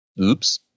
Oops